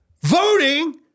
Voting